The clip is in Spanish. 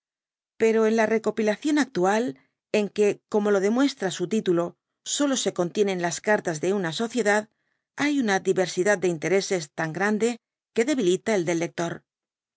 pero en la recopilación actual en que como lo demuestra su titulo solo se contienen las cartas de una sociedad hay una diversidad de intereses tan grande que debilita el del lector